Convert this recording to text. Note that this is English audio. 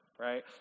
right